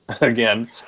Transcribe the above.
Again